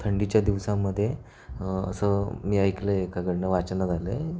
थंडीच्या दिवसांमध्ये असं मी ऐकलं आहे एकाकडून वाचनात आलं आहे